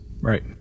Right